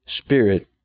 Spirit